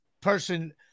person –